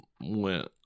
went